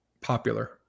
popular